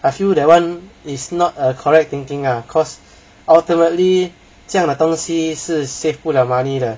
I feel that [one] is not a correct thinking ah cause ultimately 这样的东西是 save 不 liao money 的